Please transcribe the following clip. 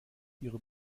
ihrer